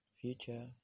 future